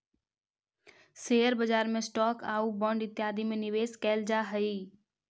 share बाजार में stock आउ बांड इत्यादि में निवेश कैल जा हई